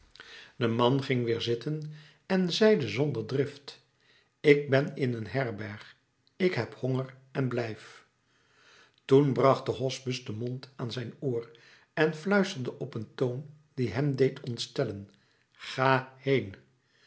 de man ging weer zitten en zeide zonder drift ik ben in een herberg ik heb honger en blijf toen bracht de hospes den mond aan zijn oor en fluisterde op een toon die hem deed ontstellen ga heen